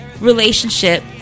relationship